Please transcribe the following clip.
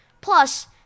Plus